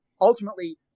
ultimately